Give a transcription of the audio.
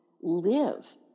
live